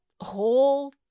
whole